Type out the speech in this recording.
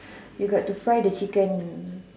you got to fry the chicken